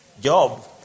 Job